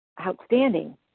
outstanding